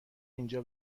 اینجا